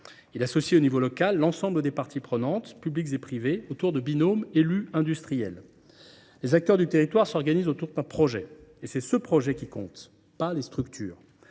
Il associe à l’échelon local l’ensemble des parties prenantes, publiques et privées, autour de binômes composés d’un élu et d’un industriel. Les acteurs du territoire s’organisent autour d’un projet et c’est ce projet qui compte, non les structures.